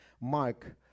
mark